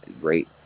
great